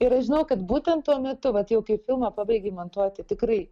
ir aš žinau kad būtent tuo metu vat jau kai filmą pabaigei montuoti tikrai